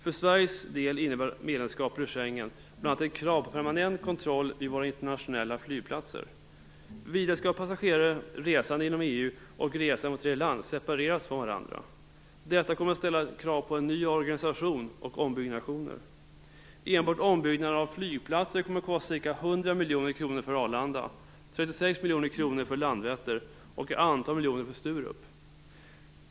För Sveriges del innebär medlemskapet i Schengen bl.a. ett krav på permanent kontroll vid våra internationella flygplatser. Vidare skall passagerare resande inom EU och resande från tredje land separeras från varandra. Detta kommer att ställa krav på en ny organisation och ombyggnationer. Enbart ombyggnaden av flygplatser kommer att kosta ca 100 miljoner kronor för Arlanda, 36 miljoner kronor för Landvetter och ett antal miljoner för Sturup.